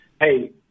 hey